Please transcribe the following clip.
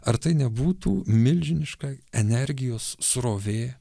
ar tai nebūtų milžiniška energijos srovė